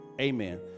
amen